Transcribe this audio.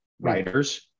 writers